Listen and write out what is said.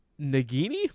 Nagini